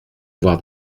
voir